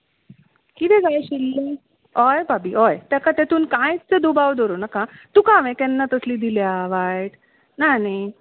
कितें जाय आशिल्लें हय भाभी हय त्या खातीर तूं कांयच दुबाव धरूं नाका तुका हांवें केन्ना तसली दिल्या वायट ना न्हय